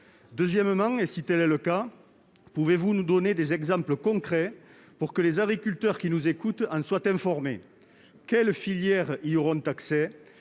Deuxièmement, si tel est le cas, pouvez-vous nous donner des exemples concrets pour que les agriculteurs qui nous écoutent en soient informés ? Quelles filières y auront accès ?